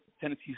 Tennessee